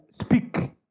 speak